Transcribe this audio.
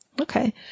Okay